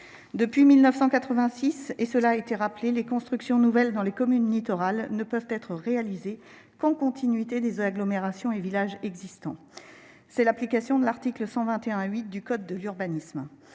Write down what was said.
Depuis 1986, comme cela a été rappelé, les constructions nouvelles dans les communes littorales ne peuvent être réalisées qu'en continuité avec les « agglomérations et villages existants », en application de l'article L. 121-8 du code de l'urbanisme.